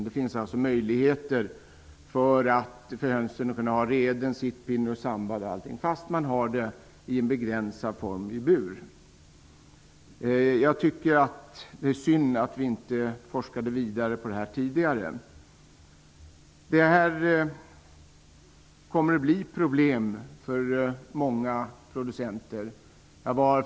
Det finns möjligheter till reden, sittpinnar, sandbad m.m. i begränsad form i bur. Jag tycker att det är synd att vi inte forskade vidare på det här området tidigare. Det här kommer att bli ett problem för många producenter.